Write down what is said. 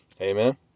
Amen